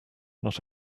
not